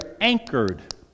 anchored